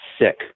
sick